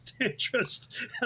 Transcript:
interest